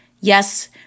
yes